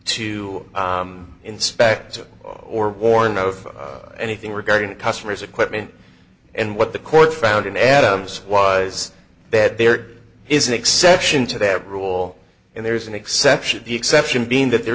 to inspect or warn of anything regarding a customer's equipment and what the court found in adams wise bed there is an exception to that rule and there is an exception the exception being that there